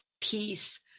peace